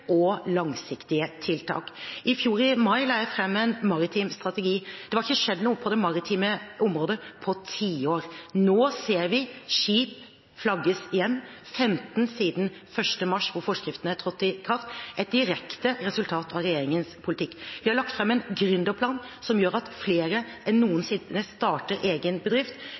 og langsiktige tiltak. I mai i fjor la jeg fram en maritim strategi. Det hadde ikke skjedd noe på det maritime området på tiår. Nå ser vi skip flagges hjem – 15 siden 1. mars, da forskriftene trådte i kraft – et direkte resultat av regjeringens politikk. Vi har lagt fram en gründerplan som gjør at flere enn noensinne starter egen bedrift